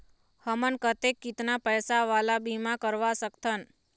हमन कतेक कितना पैसा वाला बीमा करवा सकथन?